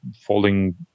falling